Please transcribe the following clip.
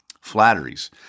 flatteries